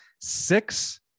six